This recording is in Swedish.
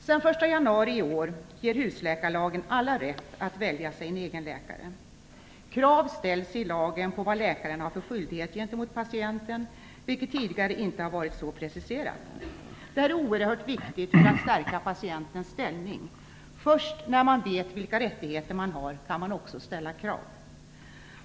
Sedan den 1 januari i år ger husläkarlagen alla rätt att välja sin egen läkare. Krav ställs i lagen på vad läkaren har för skyldigheter gentemot patienten, vilket tidigare inte har varit så preciserat. Detta är oerhört viktigt för att stärka patientens ställning. Först när man vet vilka rättigheter man har kan man också ställa krav.